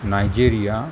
Nigeria